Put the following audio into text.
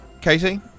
Katie